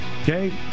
okay